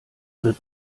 wird